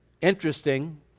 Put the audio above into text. Interesting